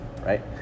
right